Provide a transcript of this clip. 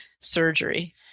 surgery